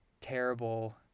terrible